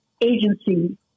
agency